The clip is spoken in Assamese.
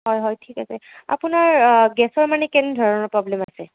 হয় হয় ঠিক আছে আপোনাৰ গেছৰ মানে কেনে ধৰণৰ প্ৰবলেম আছে